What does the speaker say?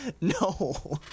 no